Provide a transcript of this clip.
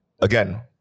again